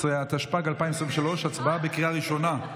13), התשפ"ג 2023, הצבעה בקריאה ראשונה.